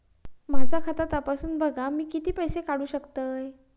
माझा खाता तपासून बघा मी किती पैशे काढू शकतय?